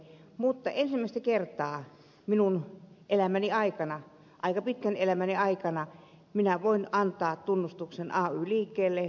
mutta ensimmäistä kertaa minun elämäni aikana aika pitkän elämäni aikana minä voin antaa tunnustuksen ay liikkeelle ja tälle kolmikantaiselle valmistelulle